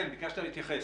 כן, ביקשת להתייחס.